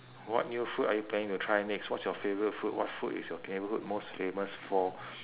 what new food are you planning to try next what's your favourite food what food is your neighbourhood most famous for